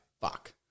fuck